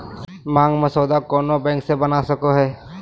मांग मसौदा कोनो बैंक से बना सको हइ